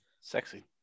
sexy